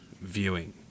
viewing